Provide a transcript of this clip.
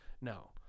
No